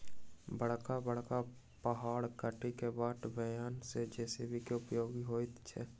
बड़का बड़का पहाड़ काटि क बाट बनयबा मे जे.सी.बी के उपयोग होइत छै